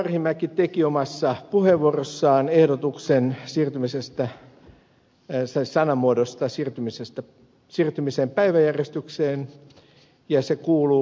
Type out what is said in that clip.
arhinmäki teki omassa puheenvuorossaan ehdotuksen päiväjärjestykseen siirtymisen sanamuodosta ja se kuuluu